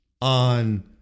on